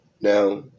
now